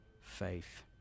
faith